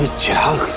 ah child.